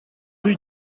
rue